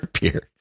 beer